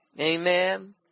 Amen